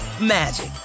magic